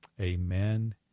Amen